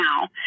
now